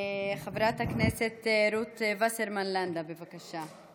חברת הכנסת רות וסרמן לנדה, בבקשה.